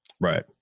right